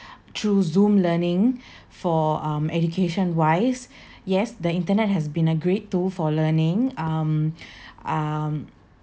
through zoom learning for um education wise yes the internet has been a great tool for learning um um